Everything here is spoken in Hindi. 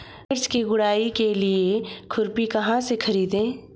मिर्च की गुड़ाई के लिए खुरपी कहाँ से ख़रीदे?